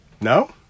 No